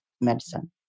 medicine